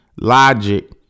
Logic